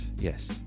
Yes